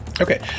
Okay